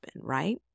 right